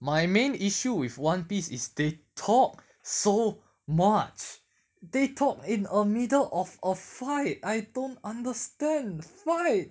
my main issue with one piece is they talk so much they talk in a middle of of fight I don't understand why